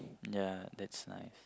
ya that's nice